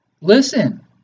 Listen